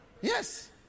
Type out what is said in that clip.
yes